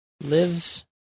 lives